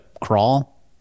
crawl